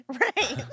right